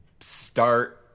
start